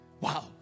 Wow